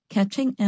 Catching